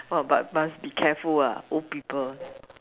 !wah! but must be careful ah old people